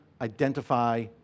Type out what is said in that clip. identify